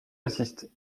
insistent